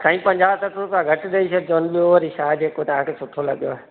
साईं पंजाह सठि रुपया घटि ॾई छॾिजोनि ॿियो वरी छा जेको तव्हांखे सुठो लॻेव